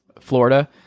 Florida